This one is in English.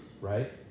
right